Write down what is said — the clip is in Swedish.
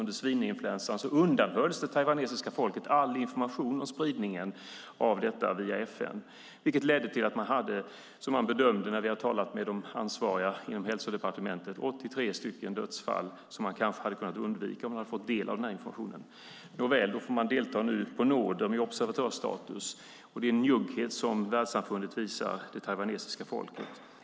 Under tiden med svininfluensan undanhölls det taiwanesiska folket all information via FN om spridningen av influensan, vilket ledde till att Taiwan hade, som de ansvariga inom hälsodepartementet bedömde det, 83 dödsfall som kanske hade kunnat undvikas om Taiwan hade fått del av informationen. Nåväl. Nu får Taiwan delta på nåder med observatörsstatus. Det är en njugghet som världssamfundet visar det taiwanesiska folket.